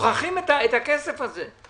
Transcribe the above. מוכרחים את הכסף הזה.